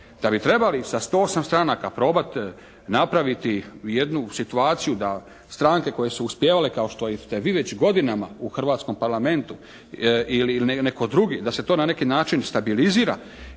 da bi trebali sa 108 stranaka probati napraviti jednu situaciju da stranke koje su uspijevale kao što ste i vi već godinama u hrvatskom Parlamentu ili netko drugi da se to na neki način stabilizira